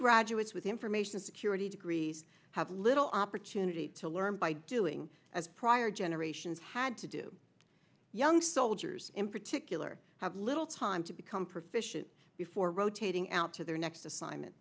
graduates with information security degrees have little opportunity to learn by doing as prior generations had to do young soldiers in particular have little time to become proficient before rotating out to their next assignment